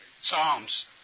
Psalms